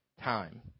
time